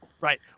Right